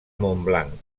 montblanc